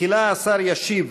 תחילה השר ישיב